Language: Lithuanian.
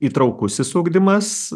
įtraukusis ugdymas